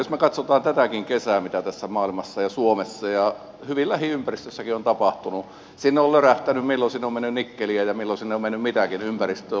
jos me katsomme tätäkin kesää mitä tässä maailmassa ja suomessa ja hyvin lähiympäristössäkin on tapahtunut sinne on lörähtänyt milloin sinne on mennyt nikkeliä ja milloin sinne on mennyt mitäkin ympäristöön luontoon